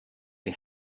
que